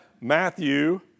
Matthew